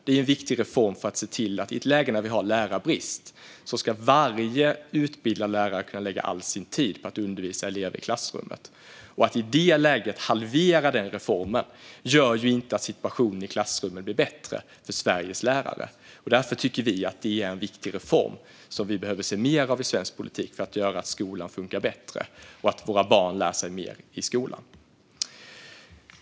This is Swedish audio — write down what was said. Det är en viktig reform för att vi i ett läge där vi har lärarbrist ska kunna se till att varje utbildad lärare kan lägga all sin tid på att undervisa elever i klassrummet. Att halvera den reformen gör ju inte att situationen i klassrummen blir bättre för Sveriges lärare. Vi tycker att det är en viktig reform som vi behöver se mer av i svensk politik för att vi ska kunna göra så att skolan funkar bättre och så att våra barn lär sig mer i skolan.